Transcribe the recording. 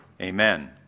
amen